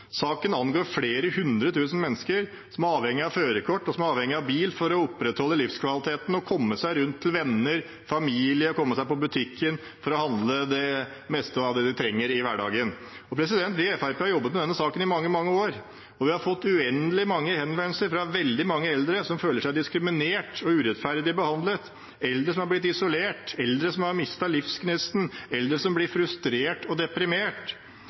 Saken angår flere hundre tusen mennesker som er avhengig av førerkort og av bil for å opprettholde livskvaliteten, for å komme seg rundt til venner og familie og komme seg på butikken for å handle det meste av det de trenger i hverdagen. Vi i Fremskrittspartiet har jobbet med denne saken i mange, mange år, og vi har fått uendelig mange henvendelser fra veldig mange eldre som føler seg diskriminert og urettferdig behandlet, eldre som er blitt isolert, eldre som har mistet livsgnisten, eldre som blir frustrert og deprimert.